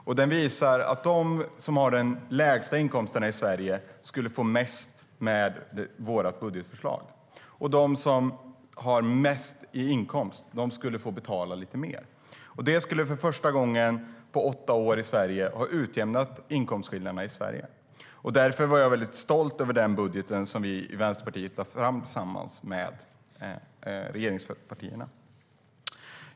Och det visar att de som har de lägsta inkomsterna i Sverige skulle få mest stöd med vårt budgetförslag, och de som har mest i inkomst skulle få betala lite mer. Det skulle för första gången på åtta år ha utjämnat inkomstskillnaderna i Sverige. Därför var jag stolt över den budget som vi i Vänsterpartiet lade fram tillsammans med regeringspartierna.